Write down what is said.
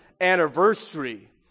anniversary